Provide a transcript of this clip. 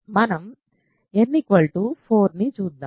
మనం n 4 ని చూద్దాం